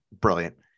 brilliant